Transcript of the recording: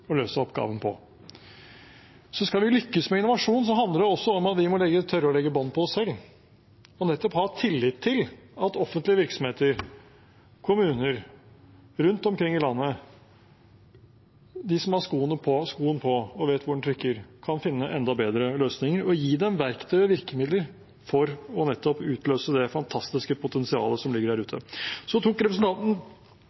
løse oppgaven på. Skal vi lykkes med innovasjon, handler det også om at vi må tørre å legge bånd på oss selv og nettopp ha tillit til at offentlige virksomheter, kommuner, rundt omkring i landet, de som har skoen på og vet hvor den trykker, kan finne enda bedre løsninger, og gi dem verktøy og virkemidler for nettopp å utløse det fantastiske potensialet som ligger der ute.